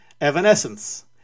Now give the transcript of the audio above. Evanescence